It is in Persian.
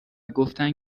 گفتن